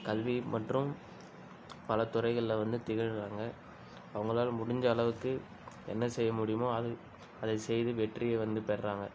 கல்வி மற்றும் பல துறைகளில் வந்து திகழ்றாங்க அவங்களால முடிஞ்சளவுக்கு என்ன செய்ய முடியுமோ அது அதை செய்து வெற்றியை வந்து பெறுறாங்க